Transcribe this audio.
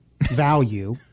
Value